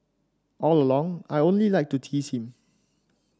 all along I only like to tease him